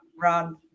run